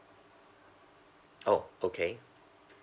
oh okay